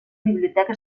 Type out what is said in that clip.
biblioteca